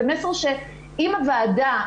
זה מסר שאם הוועדה,